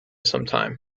sometime